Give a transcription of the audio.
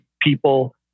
people